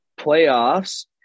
playoffs